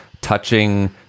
touching